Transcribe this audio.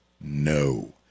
No